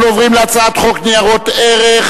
אנחנו עוברים להצעת חוק ניירות ערך